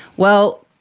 well,